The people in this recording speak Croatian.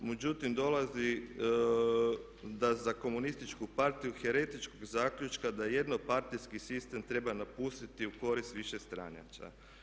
Međutim dolazi do za komunističku partiju heretičkog zaključka da jednopartijski sistem treba napustiti u koristi višestranačja.